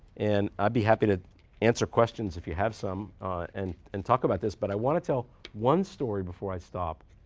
and i'd be happy to answer questions if you have some and and talk about this. but i want to tell one story before i stop.